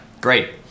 Great